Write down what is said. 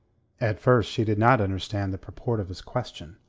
at first she did not understand the purport of his question.